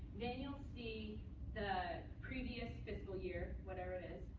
then you'll see the previous fiscal year, whatever it is.